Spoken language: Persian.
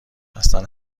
اصلن